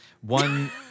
one